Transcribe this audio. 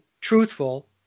truthful